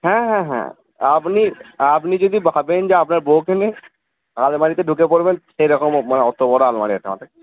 হ্যাঁ হ্যাঁ হ্যাঁ আপনি আপনি যদি ভাবেন যে আপনার বৌকে নিয়ে আলমারিতে ঢুকে পড়বেন সেরকমও মানে অত বড়ো আলমারি আছে আমাদের